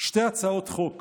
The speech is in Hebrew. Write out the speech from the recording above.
שתי הצעות חוק